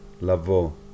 lavo